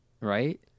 right